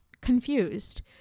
confused